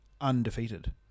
Undefeated